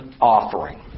offering